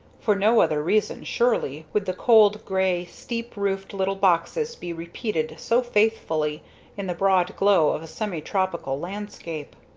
for no other reason, surely, would the cold grey steep-roofed little boxes be repeated so faithfully in the broad glow of a semi-tropical landscape.